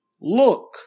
look